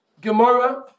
Gemara